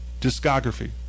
discography